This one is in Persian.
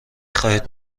خواهید